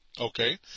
okay